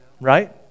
Right